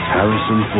Harrison